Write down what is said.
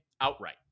outright